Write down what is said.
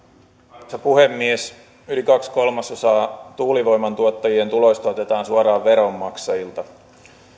arvoisa puhemies yli kaksi kolmasosaa tuulivoiman tuottajien tuloista otetaan suoraan veronmaksajilta